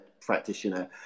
practitioner